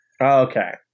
Okay